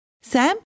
Sam